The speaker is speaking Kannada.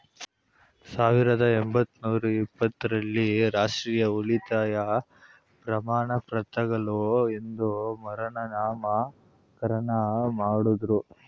ಸಾವಿರದ ಒಂಬೈನೂರ ಇಪ್ಪತ್ತ ರಲ್ಲಿ ರಾಷ್ಟ್ರೀಯ ಉಳಿತಾಯ ಪ್ರಮಾಣಪತ್ರಗಳು ಎಂದು ಮರುನಾಮಕರಣ ಮಾಡುದ್ರು